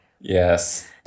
Yes